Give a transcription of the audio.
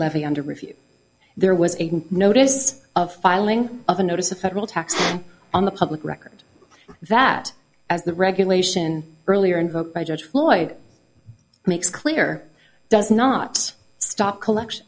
review there was a notice of filing of a notice of federal tax on the public record that as the regulation earlier invoked by judge floyd makes clear does not stop collection